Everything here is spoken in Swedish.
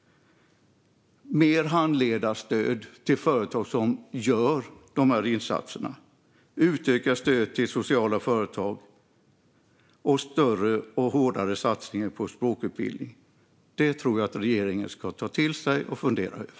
Ge mer handledarstöd till företag som gör insatserna. Utöka stödet till sociala företag. Gör större och hårdare satsningar på språkutbildning. Dessa punkter bör regeringen ta till sig och fundera över.